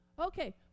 Okay